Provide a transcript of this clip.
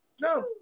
No